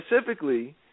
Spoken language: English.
specifically